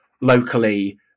locally